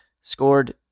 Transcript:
scored